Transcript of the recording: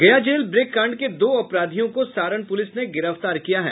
गया jail break कांड के दो अपराधियों को सारण पुलिस ने गिरफ्तार किया है